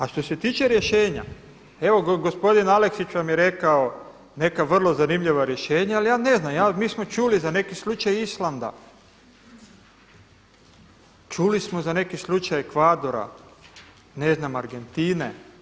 A što se tiče rješenja, evo gospodin Aleksić vam je rekao neka vrlo zanimljiva rješenja, ali ja ne znam, mi smo čuli za neki slučaj Islanda, čuli smo za neki slučaj Ekvadora, ne znam Argentine.